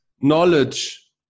knowledge